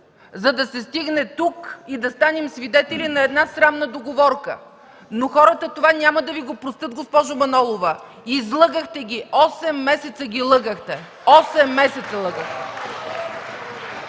за да се стигне тук и да станем свидетели на една срамна договорка. Но хората това няма да Ви го простят, госпожо Манолова. Излъгахте ги! Осем месеца ги лъгахте. (Тропане